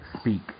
speak